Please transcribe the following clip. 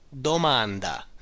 domanda